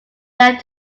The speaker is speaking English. left